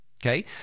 Okay